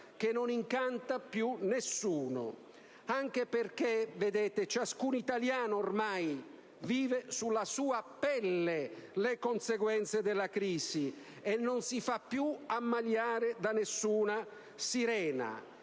che non incanta più nessuno, anche perché ciascun italiano ormai vive sulla sua pelle le conseguenze della crisi e non si fa più ammaliare da nessuna sirena.